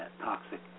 toxic